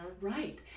right